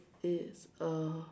it's uh